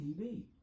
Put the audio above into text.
TV